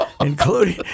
Including